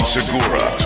Segura